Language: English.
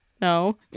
No